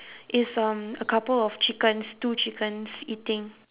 it's um a couple of chickens two chickens eating